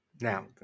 Now